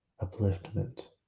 upliftment